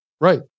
Right